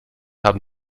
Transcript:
haben